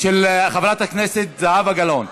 של חברת הכנסת זהבה גלאון.